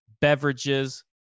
Beverages